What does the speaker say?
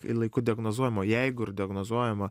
jin laiku laiku diagnozuojama o jeigu ir diagnozuojama